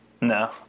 No